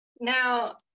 Now